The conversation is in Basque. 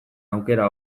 aukera